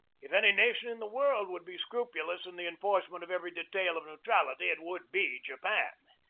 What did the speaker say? if any nation in the world would be scrupulous in the enforcement of every detail of neutrality it would be japan.